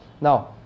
Now